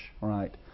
right